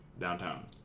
downtown